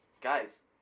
guys